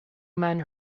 men